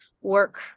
work